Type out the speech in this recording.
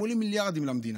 הם עולים מיליארדים למדינה.